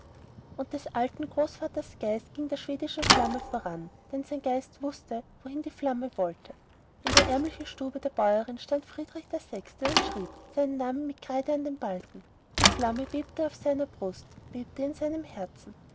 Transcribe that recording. und des alten großvaters geist ging der schwebenden flamme voran denn sein geist wußte wohin die flamme wollte in der ärmlichen stube der bäuerin stand friedrich der sechste und schrieb seinen namen mit kreide an den balken die flamme bebte auf seiner brust bebte in seinem herzen